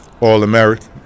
All-American